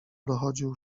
dochodził